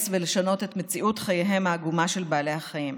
ולשנות את מציאות חייהם העגומה של בעלי החיים.